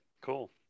Cool